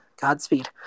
Godspeed